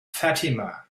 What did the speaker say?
fatima